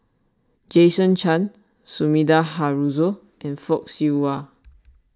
Jason Chan Sumida Haruzo and Fock Siew Wah